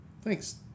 thanks